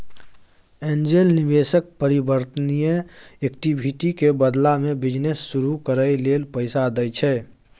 angel निवेशक परिवर्तनीय equity के बदला में बिजनेस शुरू करइ लेल पैसा दइ छै